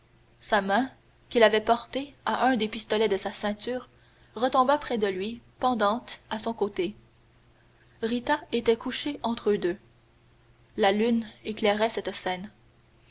sa main qu'il avait portée à un des pistolets de sa ceinture retomba près de lui pendante à son côté rita était couchée entre eux deux la lune éclairait cette scène